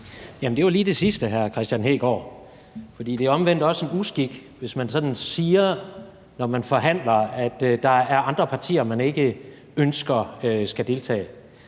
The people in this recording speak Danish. Det var lige til det sidste, hr. Kristian Hegaard, for det er omvendt også en uskik, hvis man, når man forhandler, sådan siger, at der er andre partier, man ikke ønsker skal deltage,